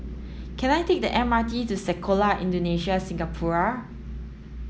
can I take the M R T to Sekolah Indonesia Singapura